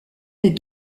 des